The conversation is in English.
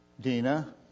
Dina